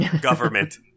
government